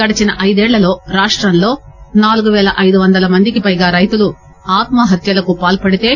గడచిన ఐదేళ్లలో రాష్టంలో నాలుగుపేల ఐదు వందల మందికి పైగా రైతులు ఆత్మహత్యలకు పాల్పడితే